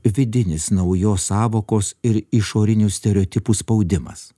vidinis naujos sąvokos ir išorinių stereotipų spaudimas